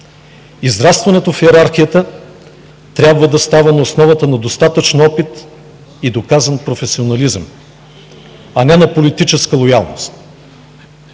Израстването в йерархията трябва да става на основата на достатъчно опит и доказан професионализъм, а не на политическа лоялност.